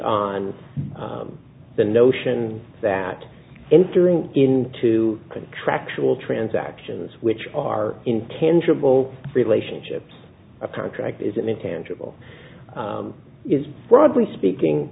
on the notion that entering into contractual transactions which are intangible relationships a contract is an intangible is broadly speaking